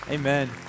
Amen